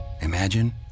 imagine